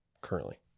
currently